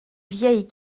vieilles